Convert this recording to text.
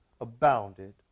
abounded